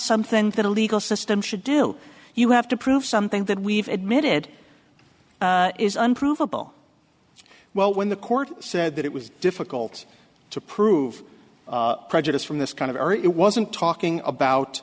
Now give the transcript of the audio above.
something that a legal system should do you have to prove something that we've admitted is unprovable well when the court said that it was difficult to prove prejudice from this kind of our it wasn't talking about